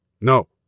No